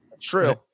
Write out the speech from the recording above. True